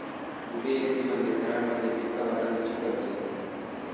उभी शेती म्हणजे थरांमध्ये पिका वाढवुची पध्दत